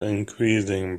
increasing